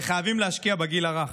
וחייבים להשקיע בגיל הרך.